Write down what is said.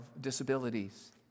disabilities